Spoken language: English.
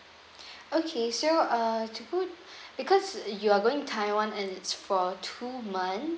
okay so uh to who because you are going taiwan and it's for two months